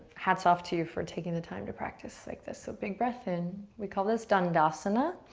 hats off to you for taking the time to practice like this, so big breath in. we call this dandasana.